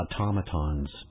automatons